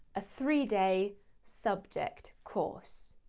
a three-day subject course.